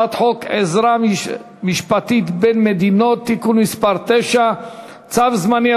הצעת חוק עזרה משפטית בין מדינות (תיקון מס' 9) (צו זמני),